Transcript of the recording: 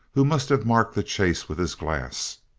who must have marked the chase with his glass.